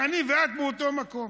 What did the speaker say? אני ואת באותו מקום.